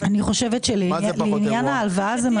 אמרו 20 אחוזים.